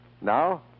Now